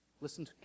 Listen